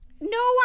no